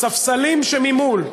בספסלים שממול.